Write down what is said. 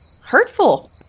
hurtful